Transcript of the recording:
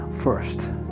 first